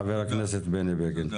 חבר הכנסת בני בגין,